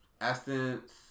Essence